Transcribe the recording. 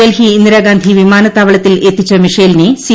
ഡൽഹി ഇന്ദിരാഗാന്ധി വിമാനത്താവളത്തിൽ എത്തിച്ച മിഷേലിനെ സി